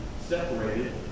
separated